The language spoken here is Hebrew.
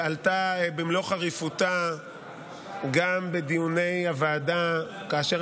ועלתה במלוא חריפותה גם בדיוני הוועדה כאשר